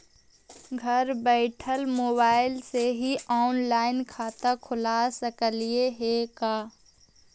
घर बैठल मोबाईल से ही औनलाइन खाता खुल सकले हे का?